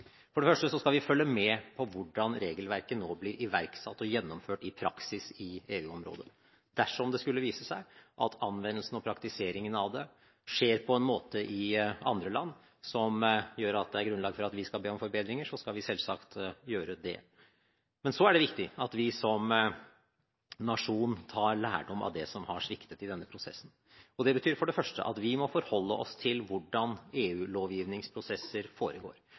For det første skal vi følge med på hvordan regelverket nå blir iverksatt og gjennomført i praksis i EU-området. Dersom det skulle vise seg at anvendelsen og praktiseringen av det skjer på en måte i andre land som gir grunnlag for at vi skal be om forbedringer, så skal vi selvsagt gjøre det. Men så er det viktig at vi som nasjon tar lærdom av det som har sviktet i denne prosessen, og det betyr for det første at vi må forholde oss til hvordan EU-lovgivningsprosesser foregår.